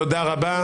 תודה רבה.